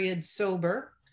sober